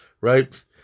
Right